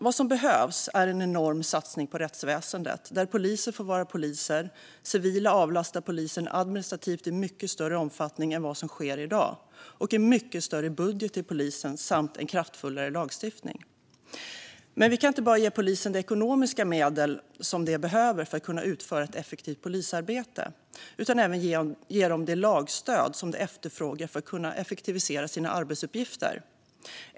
Vad som behövs är en enorm satsning på rättsväsendet, där poliser får vara poliser och civila avlastar polisen administrativt i mycket större omfattning än vad som sker i dag. Det behövs en mycket större budget till polisen samt en kraftfullare lagstiftning. Vi kan dock inte bara ge polisen de ekonomiska medel de behöver för att kunna utföra ett effektivt polisarbete. Vi måste också ge dem det lagstöd som de efterfrågar för att kunna effektivisera sina arbetsuppgifter.